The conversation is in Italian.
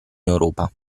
europa